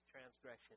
transgression